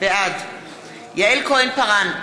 בעד יעל כהן-פארן,